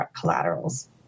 collaterals